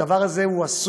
הדבר הזה אסור,